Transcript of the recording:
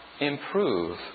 improve